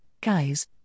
Guys